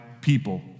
people